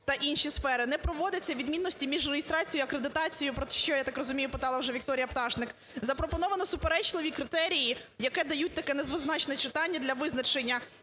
та інші сфери, не проводяться відмінності між реєстрацією і акредитацією, про що, я так розумію, питала вже Вікторія Пташник. Запропоновано суперечливі критерії, які дають таке недвозначне читання для визначення